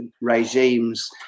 regimes